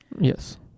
Yes